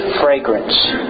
fragrance